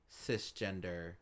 cisgender